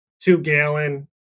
two-gallon